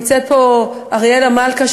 נמצאת פה אריאלה מלכה,